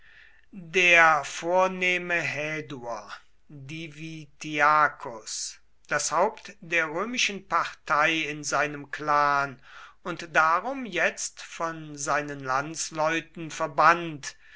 der vornehme häduer divitiacus das haupt der römischen partei in seinem clan und darum jetzt von seinen landsleuten verbannt